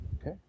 Okay